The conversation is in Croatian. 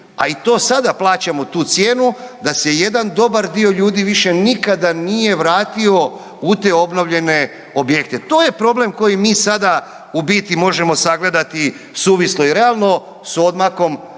a i to sada plaćamo tu cijenu, da se jedan dobar dio ljudi više nikada nije vratio u te obnovljene objekte. To je problem koji mi sada u biti možemo sagledati suvislo i realno, s odmakom